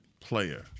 player